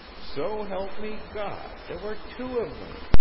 so help me god, there were two of them!